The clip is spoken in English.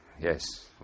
yes